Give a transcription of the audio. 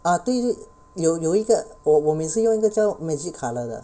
ah 对对有有一个我我每次用一个叫 magic colour 的